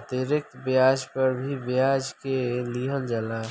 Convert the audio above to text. अतिरिक्त ब्याज पर भी ब्याज के लिहल जाला